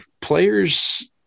players –